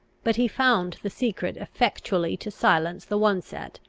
but he found the secret effectually to silence the one set,